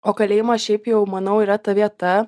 o kalėjimas šiaip jau manau yra ta vieta